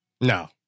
No